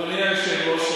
אדוני היושב-ראש,